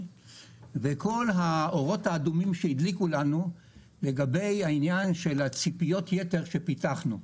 וכל האורות האדומים שהדליקו לנו בנוגע לציפיות היתר שפיתחנו.